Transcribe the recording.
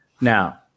Now